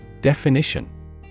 Definition